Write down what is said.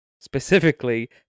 specifically